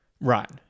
Right